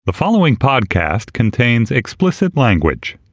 the following podcast contains explicit language